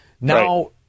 Now